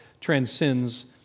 transcends